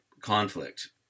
conflict